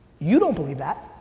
you don't believe that,